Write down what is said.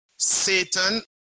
Satan